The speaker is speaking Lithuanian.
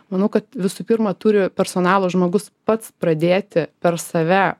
manau kad visų pirma turi personalo žmogus pats pradėti per save